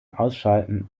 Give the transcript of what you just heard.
ausschalten